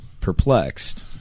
perplexed